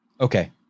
Okay